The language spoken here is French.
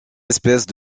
espèces